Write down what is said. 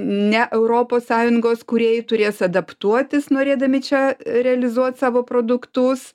ne europos sąjungos kūrėjai turės adaptuotis norėdami čia realizuot savo produktus